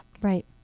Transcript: right